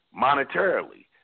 monetarily